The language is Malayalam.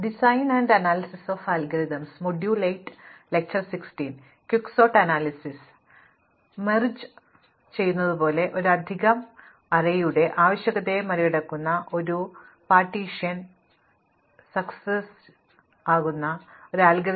ലയനം അടുക്കുന്നതുപോലെ ഒരു അധിക അറേയുടെ ആവശ്യകതയെ മറികടക്കുന്ന ഒരു വിഭജനം ജയിക്കുന്ന അൽഗോരിതം ക്വിക്സോർട്ട് ഞങ്ങൾ കണ്ടു